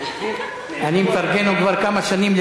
אני מפרגן לו כבר כמה שנים,